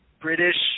British